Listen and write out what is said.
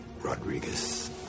Rodriguez